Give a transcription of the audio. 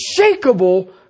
unshakable